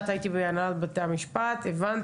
בענייני בט"פ מה שנקרא אני קצת מבינה.